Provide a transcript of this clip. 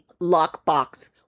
lockbox